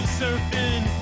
surfing